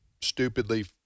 stupidly